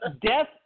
Death